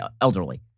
elderly